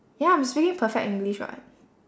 ya I'm speaking perfect english [what]